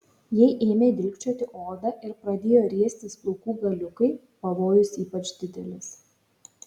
jei ėmė dilgčioti odą ir pradėjo riestis plaukų galiukai pavojus ypač didelis